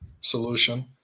solution